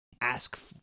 ask